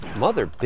Mother